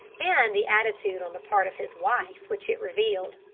and the attitude on the part of his wife which it revealed.